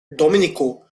domenico